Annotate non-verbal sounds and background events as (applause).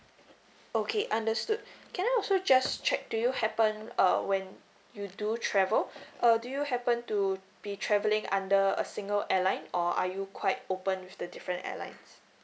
okay understood (breath) can I also just check do you happen err when you do travel (breath) uh do you happen to be travelling under a single airline or are you quite open with the different airlines